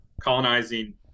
colonizing